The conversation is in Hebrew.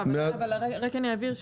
רק אני אבהיר,